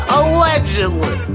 allegedly